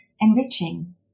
enriching